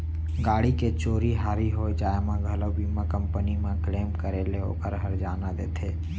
गाड़ी के चोरी हारी हो जाय म घलौ बीमा कंपनी म क्लेम करे ले ओकर हरजाना देथे